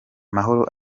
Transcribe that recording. mahoro